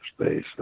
space